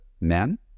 men